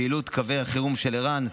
ופעילות קווי החירום של ער"ן,